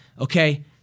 Okay